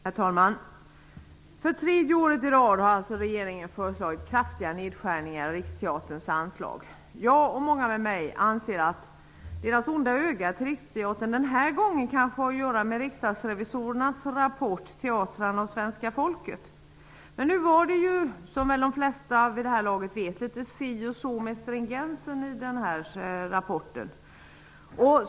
Herr talman! För tredje året i rad har regeringen föreslagit kraftiga nedskärningar i Riksteaterns anslag. Jag och många med mig anser att dess onda öga till Riksteatern den här gången kanske har att göra med riksdagsrevisorernas rapport Teatrarna och svenska folket. Nu var det ju, som de flesta vid det här laget vet, litet si och så med stringensen i den här rapporten.